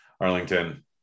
Arlington